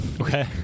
Okay